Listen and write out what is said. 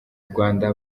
rwanda